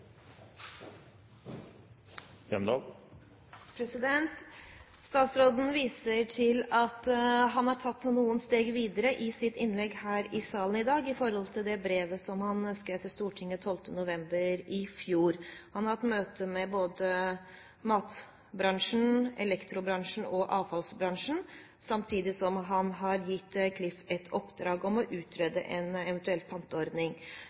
Statsråden viser til i sitt innlegg her i salen i dag til at han har tatt noen steg videre i forhold til det brevet han skrev til Stortinget 12. november i fjor. Han har hatt møte med både matbransjen, elektrobransjen og avfallsbransjen, samtidig som han har gitt Klif et oppdrag om å utrede en eventuell panteordning.